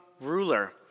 ruler